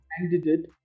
candidate